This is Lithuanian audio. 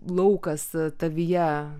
laukas tavyje